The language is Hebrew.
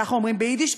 ככה אומרים ביידיש,